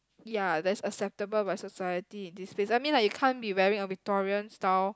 ya that's acceptable by society in this phase I mean like you can't be like wearing a Victorian style